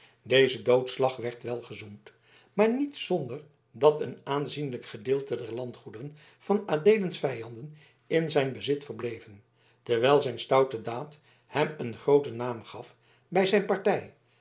deze doodslag werd wel gezoend maar niet zonder dat een aanzienlijk gedeelte der landgoederen van adeelens vijanden in zijn bezit verbleven terwijl zijn stoute daad hem een grooten naam gaf bij zijn partij